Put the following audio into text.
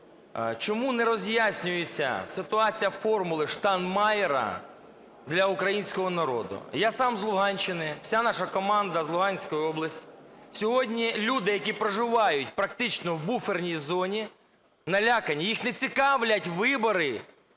чому не роз'яснюється ситуації "формули Штайнмайєра" для українського народу? Я сам з Луганщини, вся наша команда з Луганської області. Сьогодні люди, які проживають практично в буферній зоні, налякані. Їх не цікавлять вибори